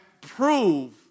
prove